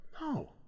No